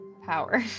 power